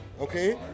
Okay